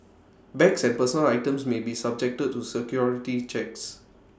bags and personal items may be subjected to security checks